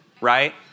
Right